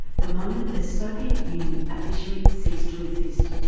the moment the soviet union officially ceased to exist.